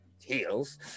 heels